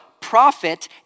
prophet